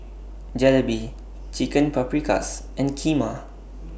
Jalebi Chicken Paprikas and Kheema